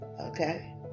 okay